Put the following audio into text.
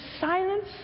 silence